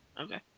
Okay